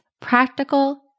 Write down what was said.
practical